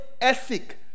ethic